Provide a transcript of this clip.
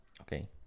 Okay